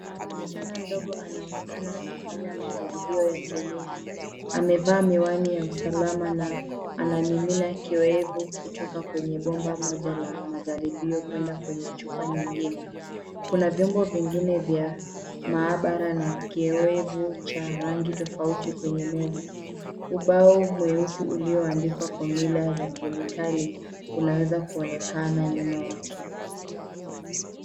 Msichana mdogo anaonekana akifanya majaribio ya kemia. Amevaa miwani ya usalama na anamimina kiowevu kutoka kwenye bomba moja la majaribio kuenda kwenye chupa nyingine. Kuna vyombo vingine vya maabara na kiowevu cha rangi tofauti kwenye meza. Ubao mweusi ulioandikwa fomyula za kemikali unaweza kuonekana nyuma yake.